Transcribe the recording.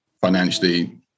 financially